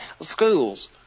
schools